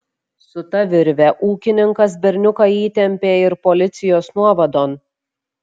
su ta virve ūkininkas berniuką įtempė ir policijos nuovadon